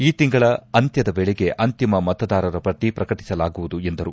ಈ ತಿಂಗಳ ಅಂತ್ಯದ ವೇಳೆಗೆ ಅಂತಿಮ ಮತದಾರರ ಪಟ್ಟ ಪ್ರಕಟಿಸಲಾಗುವುದು ಎಂದರು